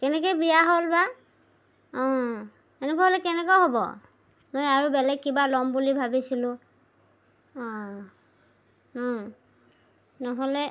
কেনেকে বেয়া হ'ল বা অঁ এনেকুৱা হ'লে কেনেকুৱা হ'ব মই আৰু বেলেগ কিবা ল'ম বুলি ভাবিছিলোঁ অঁ নহ'লে